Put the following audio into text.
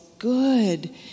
good